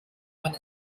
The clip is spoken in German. man